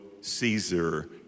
Caesar